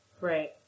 Right